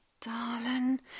Darling